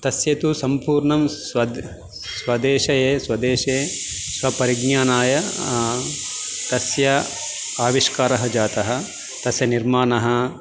तस्य तु सम्पूर्ण स्वद् स्वदेशे स्वदेशे स्वपरिज्ञानाय तस्य आविष्कारः जातः तस्य निर्माणं